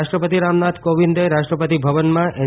રાષ્ટ્રપતિ રામનાથ કોવિંદે રાષ્ટ્રપતિ ભવનમાં એન